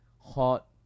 hot